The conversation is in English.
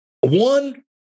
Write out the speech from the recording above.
one